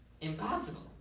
Impossible